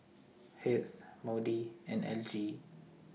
Heath Maude and Elgie